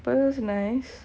but it was nice